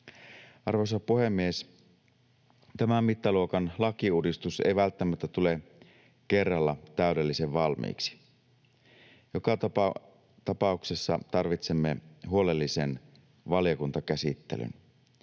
Arvoisa puhemies! Tämän mittaluokan lakiuudistus ei välttämättä tule kerralla täydellisen valmiiksi. Joka tapauksessa tarvitsemme huolellisen valiokuntakäsittelyn.